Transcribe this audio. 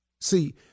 See